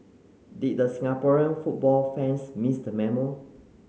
did the Singaporean football fans miss the memo